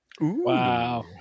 Wow